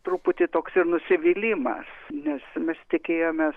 truputį toks ir nusivylimas nes mes tikėjomės